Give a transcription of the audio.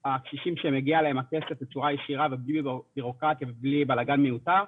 שמגיע להם הכסף בצורה ישירה ובלי בירוקרטיה או בלי בלגן מיותר,